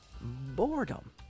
Boredom